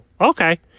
okay